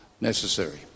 necessary